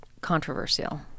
controversial